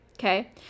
Okay